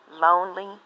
Lonely